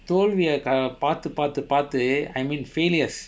தோல்வியை பார்த்து பார்த்து பார்த்து:tholviyai paarthu paarthu paarthu I mean failures